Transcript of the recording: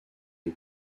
les